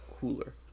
cooler